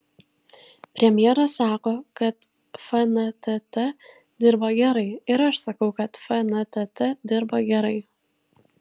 premjeras sako kad fntt dirba gerai ir aš sakau kad fntt dirba gerai